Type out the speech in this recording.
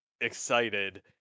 excited